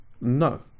No